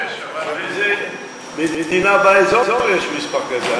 יש, אבל לאיזה מדינה באזור יש מספר כזה?